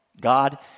God